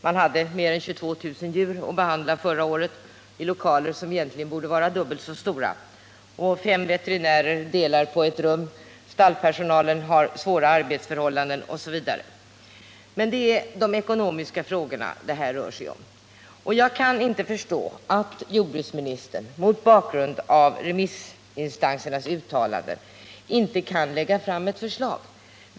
Man hade där mer än 22 000 djur att behandla förra året, i lokaler som egentligen borde vara dubbelt så stora, fem veterinärer delar på ett rum, stallpersonalen har svåra arbetsförhållanden, OSV. Men det är de ekonomiska frågorna det här främst rör sig om. Jag kan inte förstå att jordbruksministern, mot bakgrund av remissinstansernas uttalanden, inte kan lägga fram ett förslag.